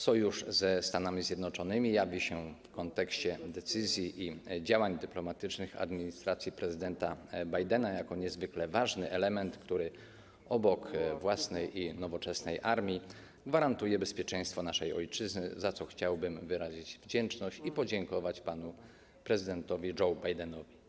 Sojusz ze Stanami Zjednoczonymi jawi się w kontekście decyzji i działań dyplomatycznych administracji prezydenta Bidena jako niezwykle ważny element, który obok własnej nowoczesnej armii gwarantuje nam bezpieczeństwo naszej ojczyzny, za co chciałbym wyrazić wdzięczność i podziękować panu prezydentowi Joemu Bidenowi.